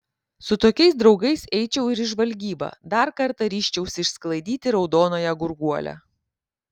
su tokiais draugais eičiau ir į žvalgybą dar kartą ryžčiausi išsklaidyti raudonąją gurguolę